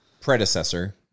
Predecessor